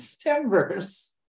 timbers